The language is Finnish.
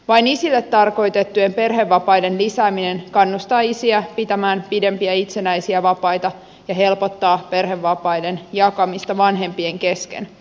vain isille tarkoitettujen perhevapaiden lisääminen kannustaa isiä pitämään pidempiä itsenäisiä vapaita ja helpottaa perhevapaiden jakamista vanhempien kesken